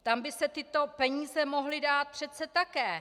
Tam by se tyto peníze mohly dát přece také!